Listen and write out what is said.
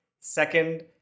Second